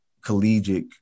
collegiate